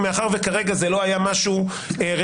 מאחר שכרגע זה לא היה משהו רציני,